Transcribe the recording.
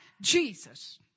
Jesus